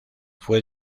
fue